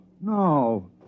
No